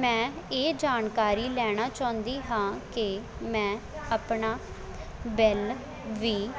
ਮੈਂ ਇਹ ਜਾਣਕਾਰੀ ਲੈਣਾ ਚਾਹੁੰਦੀ ਹਾਂ ਕਿ ਮੈਂ ਆਪਣਾ ਬਿੱਲ ਵੀਹ